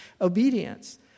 obedience